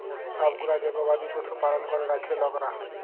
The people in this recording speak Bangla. ছব গুলা যে গবাদি পশু পালল ক্যরে রাখ্যে লকরা